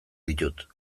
ditut